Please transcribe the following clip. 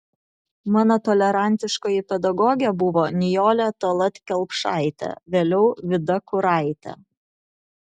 mano tolerantiškoji pedagogė buvo nijolė tallat kelpšaitė vėliau vida kuraitė